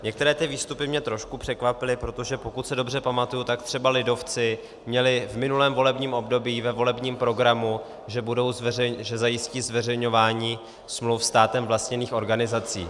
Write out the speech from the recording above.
Některé výstupy mě trošku překvapily, protože pokud se dobře pamatuji, tak třeba lidovci měli v minulém volebním období ve volebním programu, že budou zveřejňovat, že zajistí zveřejňování smluv státem vlastněných organizací.